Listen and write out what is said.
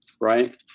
right